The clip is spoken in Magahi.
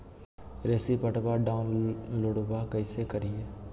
रेसिप्टबा डाउनलोडबा कैसे करिए?